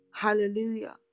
Hallelujah